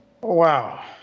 wow